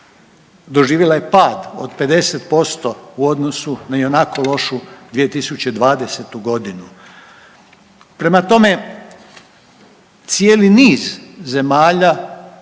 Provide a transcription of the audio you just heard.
doživjela je pad od 50% u odnosu na i onako lošu 2020.g. Prema tome, cijeli niz zemalja